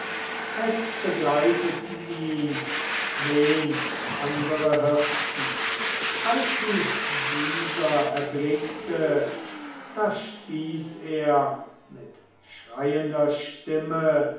es begleiteten ihn zween andere hirten als sie dieser erblickte da stieß er mit schreiender stimme